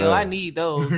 i need those.